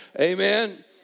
Amen